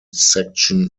section